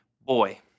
boy